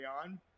on